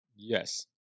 Yes